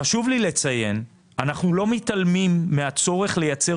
חשוב לי לציין שאנחנו לא מתעלמים מהצורך לייצר